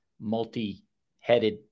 multi-headed